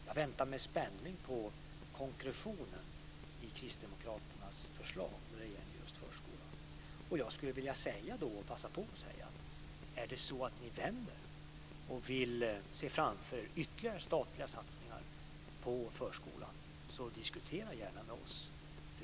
Jag väntar med spänning på konkretionen i Kristdemokraternas förslag när det gäller just förskolan. Jag skulle vilja passa på och säga att är det så att ni vänder och vill stödja ytterligare statliga satsningar på förskolan, så diskutera gärna med oss.